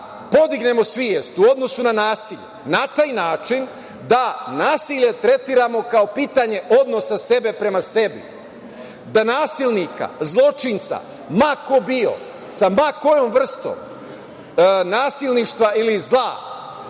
podignemo svest u odnosu na nasilje, na taj način da nasilje tretiramo kao pitanje odnosa sebe prema sebi, da nasilnika, zločinca, ma ko bio, sa ma kojom vrstom nasilništva ili zla